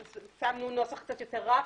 כתבנו נוסח קצת יותר רך,